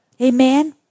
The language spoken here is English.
Amen